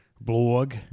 Blog